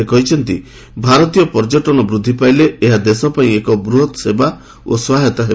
ସେ କହିଛନ୍ତି ଭାରତୀୟ ପର୍ଯ୍ୟଟନ ବୃଦ୍ଧି ପାଇଲେ ଏହା ଦେଶ ପାଇଁ ଏକ ବୃହତ୍ ସେବା ଓ ସହାୟତା ହେବ